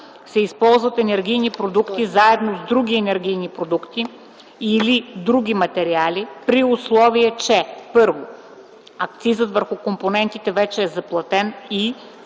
се използват енергийни продукти заедно с други енергийни продукти или други материали, при условие че: 1. акцизът върху компонентите е вече заплатен, и